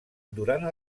durant